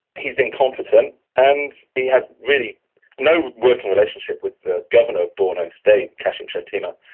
he is incompetent, and he has really no working relationship with the governor of borno state, kashim shettima.